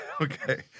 Okay